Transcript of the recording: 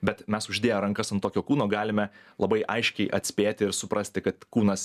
bet mes uždėję rankas ant tokio kūno galime labai aiškiai atspėti ir suprasti kad kūnas